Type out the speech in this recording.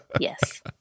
Yes